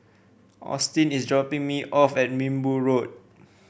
Austin is dropping me off at Minbu Road